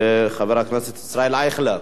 וחבר הכנסת ישראל אייכלר,